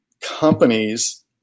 companies